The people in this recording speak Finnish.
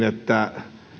että